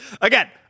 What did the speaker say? Again